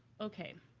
okay,